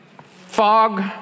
fog